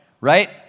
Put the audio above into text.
right